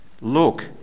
Look